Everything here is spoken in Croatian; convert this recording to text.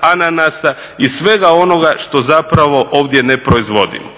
ananasa i svega onoga što zapravo ovdje ne proizvodimo.